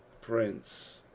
prince